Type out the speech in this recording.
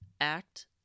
act